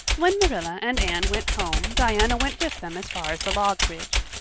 when marilla and anne went home diana went with them as far as the log bridge.